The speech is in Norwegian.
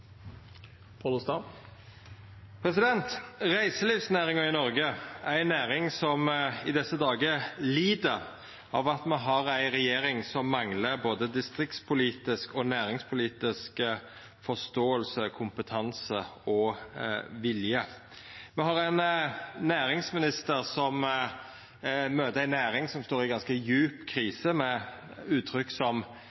ei næring som i desse dagar lir av at me har ei regjering som manglar både distriktspolitisk og næringspolitisk forståing, kompetanse og vilje. Me har ein næringsminister som møter ei næring som står i ganske